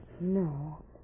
No